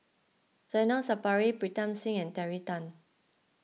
Zainal Sapari Pritam Singh and Terry Tan